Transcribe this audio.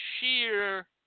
sheer